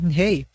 hey